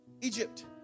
Egypt